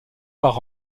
par